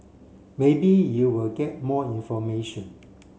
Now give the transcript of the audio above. maybe you will get more information